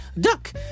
Duck